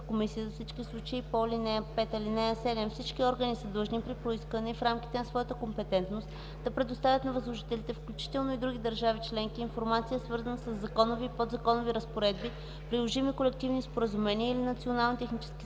комисия за всички случаи по ал. 5. (7) Всички органи са длъжни при поискване и в рамките на своята компетентност да предоставят на възложителите, включително от други държави членки, информация, свързана със законови и подзаконови разпоредби, приложими колективни споразумения или национални технически